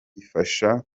bifasha